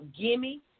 gimme